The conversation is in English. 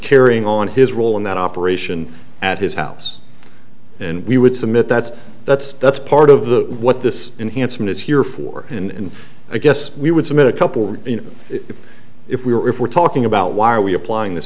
carrying on his role in that operation at his house and we would submit that's that's that's part of the what this enhancement is here for and i guess we would submit a couple you know if if we are if we're talking about why are we applying this